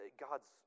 God's